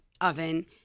oven